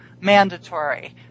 mandatory